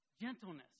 gentleness